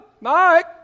Mike